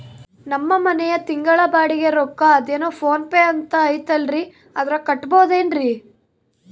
ನಮ್ಮ ಮನೆಯ ತಿಂಗಳ ಬಾಡಿಗೆ ರೊಕ್ಕ ಅದೇನೋ ಪೋನ್ ಪೇ ಅಂತಾ ಐತಲ್ರೇ ಅದರಾಗ ಕಟ್ಟಬಹುದೇನ್ರಿ?